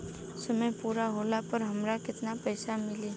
समय पूरा होला पर हमरा केतना पइसा मिली?